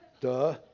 Duh